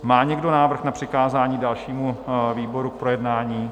Má někdo návrh na přikázání dalšímu výboru k projednání?